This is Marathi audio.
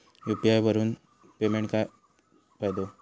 यू.पी.आय करून काय फायदो?